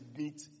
meet